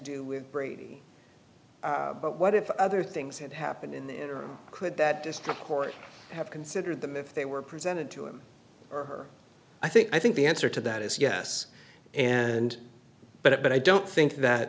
do with brady but what if other things had happened in the interim could that this cup court have considered them if they were presented to him or her i think i think the answer to that is yes and but i don't think that